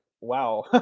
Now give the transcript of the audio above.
wow